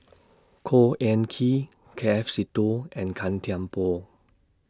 Khor Ean Ghee K F Seetoh and Gan Thiam Poh